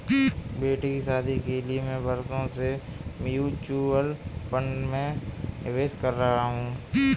बेटी की शादी के लिए मैं बरसों से म्यूचुअल फंड में निवेश कर रहा हूं